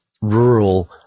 rural